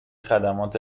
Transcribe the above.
خدمات